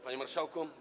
Panie Marszałku!